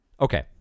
Okay